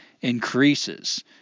increases